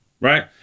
right